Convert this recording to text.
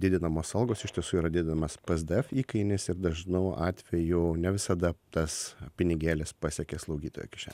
didinamos algos iš tiesų yra didinamas psdf įkainis ir dažnu atveju ne visada tas pinigėlis pasiekia slaugytojo kišenę